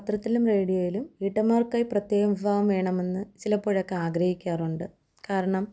പത്രത്തിലും റേഡിയോയിലും വീട്ടമ്മമാർക്കായി പ്രത്യേകം വിഭാഗം വേണമെന്ന് ചിലപ്പോഴൊക്കെ ആഗ്രഹിക്കാറുണ്ട് കാരണം